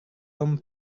tom